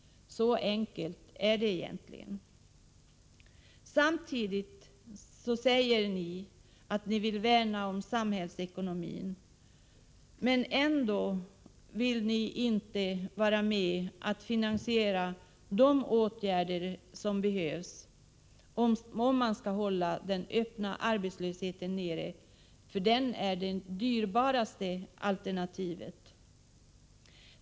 Så enkelt är det. Men samtidigt säger ni moderater att ni vill värna om samhällsekonomin. Ni vill dock inte vara med om att finansiera de åtgärder som behövs för att den öppna arbetslösheten skall kunna hållas nere — och det är ju det dyraste alternativet.